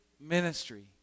ministry